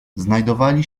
znajdowali